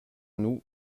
nous